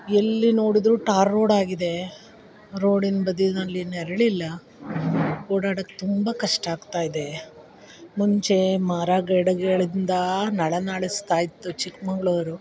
ಎಲ್ಲಿ ನೋಡಿದ್ರು ಟಾರ್ರೋಡ್ ಆಗಿದೆ ರೋಡಿನ ಬದಿನಲ್ಲಿ ನೆರಳಿಲ್ಲ ಓಡಾಡೋಕ್ ತುಂಬ ಕಷ್ಟ ಆಗ್ತಾಯಿದೆ ಮುಂಚೆ ಮರಗಿಡಗಳಿಂದ ನಳನಳಿಸ್ತಾಯಿತ್ತು ಚಿಕ್ಕಮಂಗ್ಳೂರು